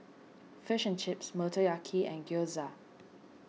Fish and Chips Motoyaki and Gyoza